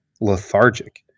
lethargic